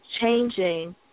changing